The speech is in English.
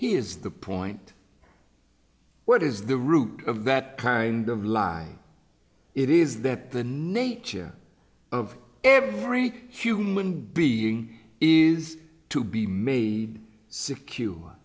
he is the point what is the root of that kind of lie it is that the nature of every human being is to be made s